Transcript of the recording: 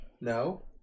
No